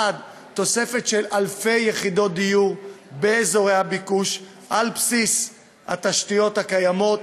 1. תוספת של אלפי יחידות דיור באזורי הביקוש על בסיס התשתיות הקיימות,